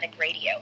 Radio